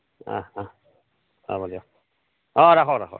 হ'ব দিয়ক অঁ ৰাখক ৰাখক